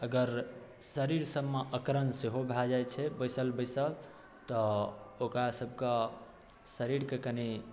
अगर शरीर सबमे अकड़न सेहो भऽ जाइ छै बैसल बैसल तऽ ओकरा सबके शरीरके कनी